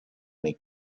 make